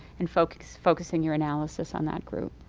and focusing focusing your analysis on that group.